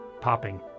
Popping